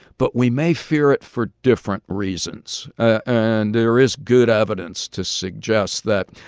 but we may fear it for different reasons, and there is good evidence to suggest that,